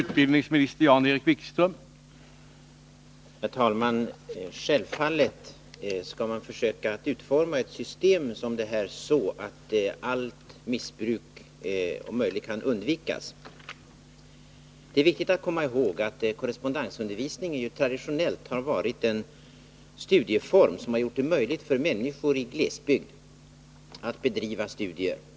Herr talman! Självfallet skall man försöka utforma ett system som detta så att allt missbruk om möjligt kan uhdvikas. Det är viktigt att komma ihåg att korrespondensundervisning traditionellt har varit en studieform som gjort det möjligt för människor i glesbygd att bedriva studier.